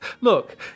Look